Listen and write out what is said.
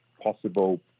possible